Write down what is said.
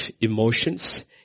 emotions